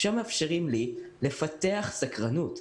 שם מאפשרים לי לפתח סקרנות,